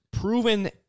proven